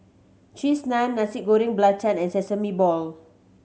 Cheese Naan Nasi Goreng Belacan and Sesame Ball